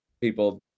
people